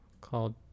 called